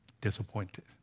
disappointed